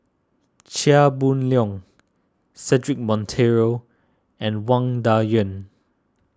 Chia Boon Leong Cedric Monteiro and Wang Dayuan